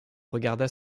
regarda